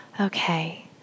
okay